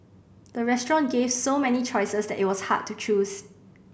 the restaurant gave so many choices that it was hard to choose